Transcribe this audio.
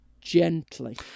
gently